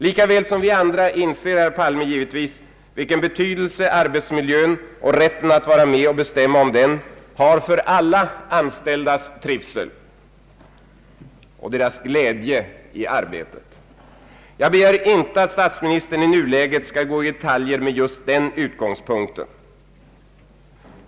Lika väl som vi andra inser herr Palme givetvis vilken betydelse arbetsmiljön och rätten att vara med och bestämma om den har för alla anställdas trivsel och glädje i arbetet. Jag begär inte att statsministern i nuläget skall gå in i detaljer med just den utgångspunkten.